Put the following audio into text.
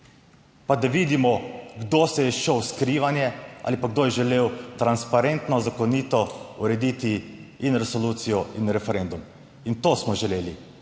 pa da vidimo kdo se je izšel v skrivanje ali pa kdo je želel transparentno, zakonito urediti in resolucijo in referendum in to smo želeli.